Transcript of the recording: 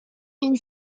une